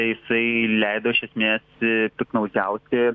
jisai leido iš esmės piktnaudžiauti